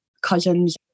cousins